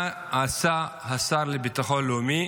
מה עשה השר לביטחון לאומי